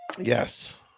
Yes